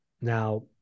Now